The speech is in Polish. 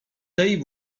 tej